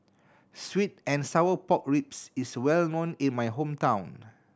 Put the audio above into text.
sweet and sour pork ribs is well known in my hometown